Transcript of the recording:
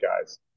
guys